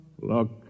Look